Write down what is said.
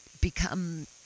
become